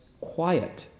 quiet